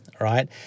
right